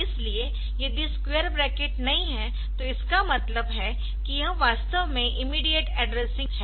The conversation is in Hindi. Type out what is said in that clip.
इसलिए यदि स्क्वेअर ब्रैकेट नहीं हैं तो इसका मतलब है कि यह वास्तव में इमीडियेट एड्रेसिंग है